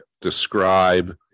describe